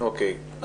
אוקיי.